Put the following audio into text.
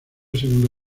segundo